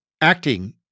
acting